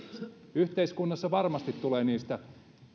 yhteiskunnassa varmasti tulee niistä